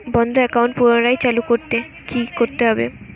বন্ধ একাউন্ট পুনরায় চালু করতে কি করতে হবে?